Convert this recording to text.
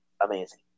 amazing